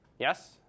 Yes